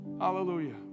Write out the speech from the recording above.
Hallelujah